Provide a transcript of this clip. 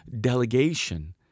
delegation